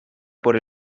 por